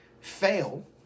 fail